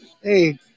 Hey